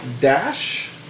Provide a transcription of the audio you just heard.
Dash